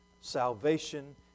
salvation